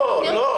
לא,